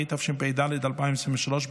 התשפ"ד 2023,